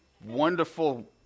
Wonderful